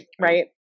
Right